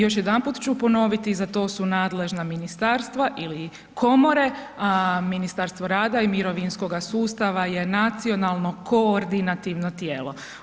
Još jedanput ću ponoviti za to su nadležna ministarstva ili komore, a Ministarstvo rada i mirovinskog sustava je nacionalno koordinativno tijelo.